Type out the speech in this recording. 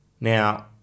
Now